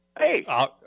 Hey